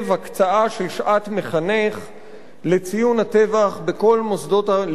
שעת מחנך לציון הטבח בכל מוסדות הלימוד במדינה.